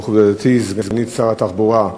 מכובדתי סגנית שר התחבורה,